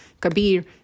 Kabir